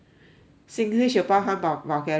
singlish 有包括 vul~ vulgarities 呢